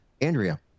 Andrea